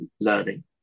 learning